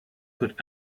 could